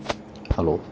hello